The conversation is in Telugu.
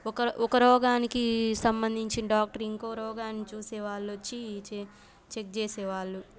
ఒక ఒక రోగానికి సంబంధించిన డాక్టర్ ఇంకో రోగాన్ని చూసే వాళ్ళొచ్చి చె చెక్ చేసే వాళ్ళు